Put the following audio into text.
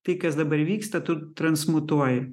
tai kas dabar vyksta tu transmutuoji